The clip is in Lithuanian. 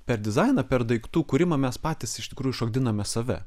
per dizainą per daiktų kūrimą mes patys iš tikrųjų šokdiname save